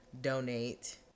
donate